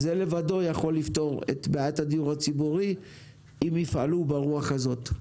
זה לבדו יכול לפתור את בעיית הדיור הציבורי אם יפעלו ברוח הזאת.